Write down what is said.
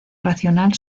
racional